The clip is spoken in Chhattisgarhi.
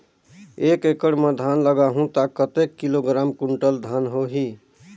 एक एकड़ मां धान लगाहु ता कतेक किलोग्राम कुंटल धान होही?